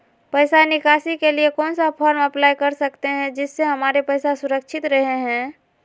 पैसा निकासी के लिए कौन सा फॉर्म अप्लाई कर सकते हैं जिससे हमारे पैसा सुरक्षित रहे हैं?